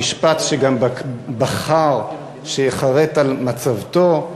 המשפט שגם בחר שייחרט על מצבתו: